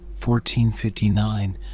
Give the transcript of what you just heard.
1459